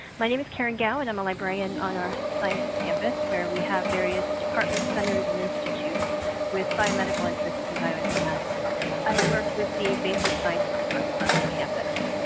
my name is karen gau, and i'm a librarian on our health sciences campus where we have various department centers and institutes with biomedical interests. in bioinformatics i work with the basic sciences departments on this campus.